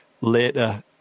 later